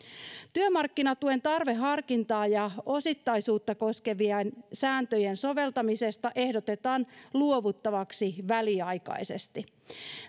työmarkkinatuen tarveharkintaa ja osittaisuutta koskevien sääntöjen soveltamisesta ehdotetaan luovuttavaksi väliaikaisesti